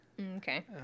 Okay